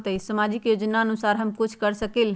सामाजिक योजनानुसार हम कुछ कर सकील?